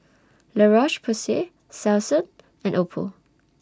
La Roche Porsay Selsun and Oppo